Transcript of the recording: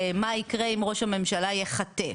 מה יקרה אם ראש הממשלה ייחטף?